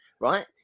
right